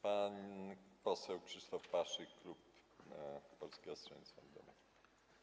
Pan poseł Krzysztof Paszyk, klub Polskiego Stronnictwa Ludowego.